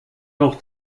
noch